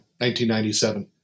1997